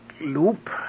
loop